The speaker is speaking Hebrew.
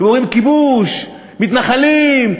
אתם אומרים: כיבוש, מתנחלים.